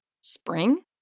Spring